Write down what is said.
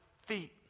feet